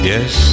Yes